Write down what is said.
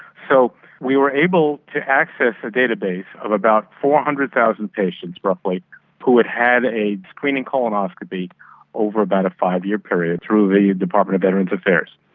so we were able to access a database of about four hundred thousand patients roughly who had had a screening colonoscopy over about a five-year period through the department of veterans affairs.